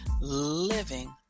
Living